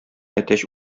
әтәч